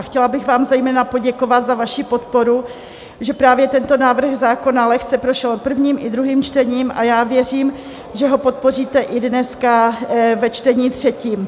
Chtěla bych vám zejména poděkovat za vaši podporu, že právě tento návrh zákona lehce prošel prvním i druhým čtením, a já věřím, že ho podpoříte i dneska ve čtení třetím.